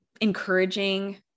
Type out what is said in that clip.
encouraging